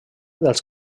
dels